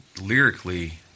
lyrically